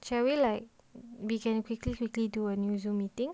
shall we like we can quickly quickly do usual meeting